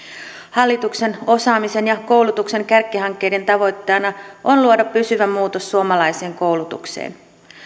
hallituksen osaamisen ja koulutuksen kärkihankkeiden tavoitteena on luoda pysyvä muutos suomalaiseen koulutukseen